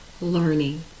learning